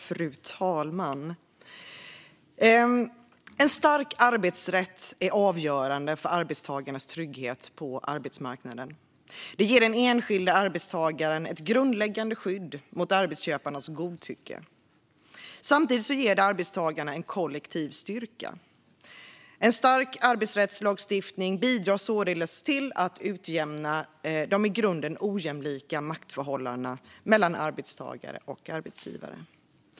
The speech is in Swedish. Fru talman! En stark arbetsrätt är avgörande för arbetstagarnas trygghet på arbetsmarknaden. Det ger den enskilde arbetstagaren ett grundläggande skydd mot arbetsköparnas godtycke. Samtidigt ger det arbetstagarna en kollektiv styrka. En stark arbetsrättslagstiftning bidrar således till att utjämna de i grunden ojämlika maktförhållandena mellan arbetstagare och arbetsgivare.